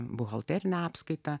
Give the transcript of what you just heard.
buhalterinę apskaitą